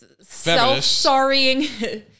self-sorrying